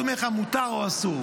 והוא אומר לך מותר או אסור.